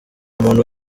umuntu